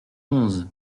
onze